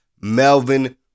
Melvin